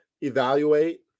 evaluate